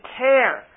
care